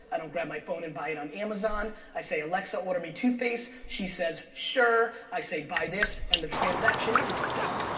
i don't grab my phone and buy it on amazon, i say, alexa, order me toothpaste. she says, sure. i say, buy this, and the transaction is done.